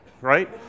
right